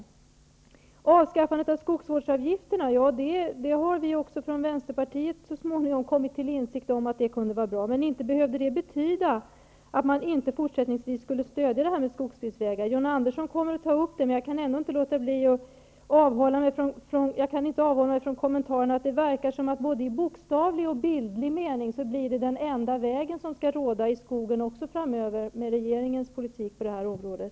Att det kan vara bra att avskaffa skogsvårdsavgifterna har vi också i Vänsterpartiet så småningom kommit till insikt om, men det behöver inte betyda att man fortsättningsvis inte stödjer skogsbilvägar. John Andersson kommer att ta upp det, men jag kan ändå inte avhålla mig från kommentaren att det verkar som att det, både i bokstavlig och i bildlig mening, är den enda vägen i skogen framöver, med regeringens politik på det här området.